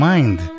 Mind